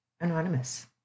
Anonymous